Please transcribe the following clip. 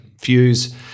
fuse